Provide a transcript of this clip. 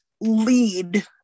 lead